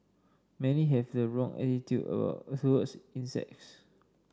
many have the wrong attitude towards insects